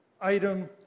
item